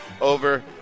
over